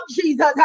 Jesus